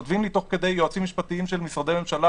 כותבים לי תוך כדי יועצים משפטיים של משרדי ממשלה.